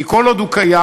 כי כל עוד הוא קיים,